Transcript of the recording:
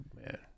man